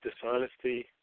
dishonesty